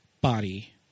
body